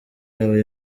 yawe